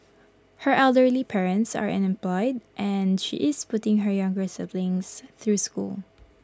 her elderly parents are unemployed and she is putting her younger siblings through school